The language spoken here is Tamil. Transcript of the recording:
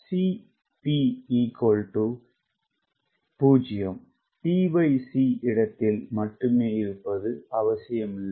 CP0 tc இடத்தில் மட்டுமே இருப்பது அவசியமில்லை